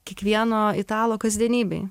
kiekvieno italo kasdienybėj